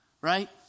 right